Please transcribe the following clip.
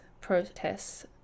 protests